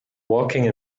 walking